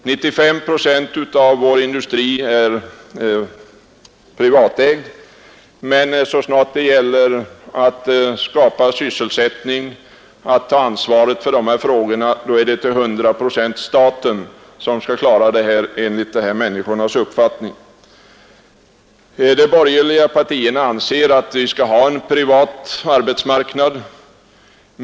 95 procent av vår industri är privatägd, men så snart det gäller att skapa sysselsättning, att ta ansvar för dessa frågor, är det till 100 procent staten som skall klara det enligt vissa människors uppfattning. De borgerliga partierna anser att vi skall ha en privat arbetsmarknad.